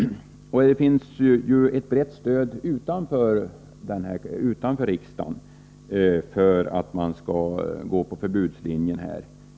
Det finns ett brett stöd utanför riksdagen för att gå på förbudslinjen i den här frågan.